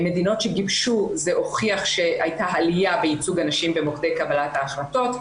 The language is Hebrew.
במדינות שגיבשו הוכח שהייתה עלייה בייצוג הנשים במוקדי קבלת ההחלטות.